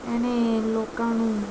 ਇਹਨੇ ਲੋਕਾਂ ਨੂੰ